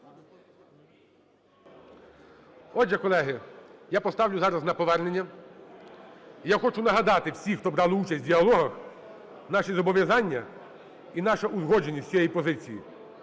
Отже, колеги, я поставлю зараз на повернення. Я хочу нагадати всім, хто брали участь у "діалогах", наші зобов'язання і нашу узгодженість з цієї позиції.